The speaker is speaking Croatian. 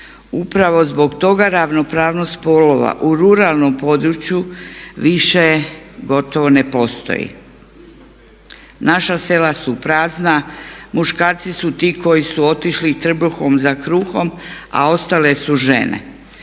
upravo zbog toga ravnopravnost spolova u ruralnom području više gotovo ne postoji. Naša sela su prazna, muškarci su ti koji su otišli trbuhom za kruhom, a ostale su žene.